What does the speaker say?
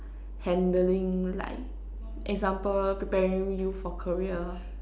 handling like example preparing you for career